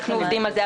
אנחנו עובדים על זה.